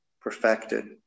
perfected